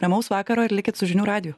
ramaus vakaro ir likit su žinių radiju